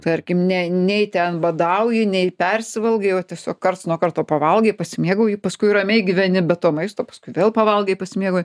tarkim ne nei ten badauji nei persivalgai o tiesiog karts nuo karto pavalgai pasimėgauji paskui ramiai gyveni be to maisto paskui vėl pavalgai pasimėgauji